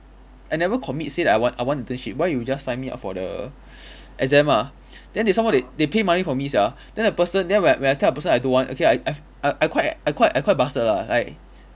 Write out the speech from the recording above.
I never commit say that I want I want internship why you just sign me up for the exam ah then they some more they they pay money for me sia then the person then when when I tell the person I don't want okay I I I I quite I quite I quite bastard lah like